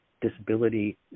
disability